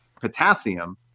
potassium